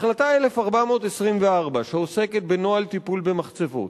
החלטה 1424, שעוסקת בנוהל טיפול במחצבות,